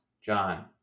John